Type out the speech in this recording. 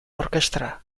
orkestra